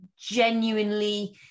genuinely